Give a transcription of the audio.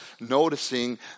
noticing